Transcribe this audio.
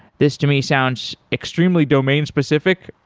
this to me sounds extremely domain specific.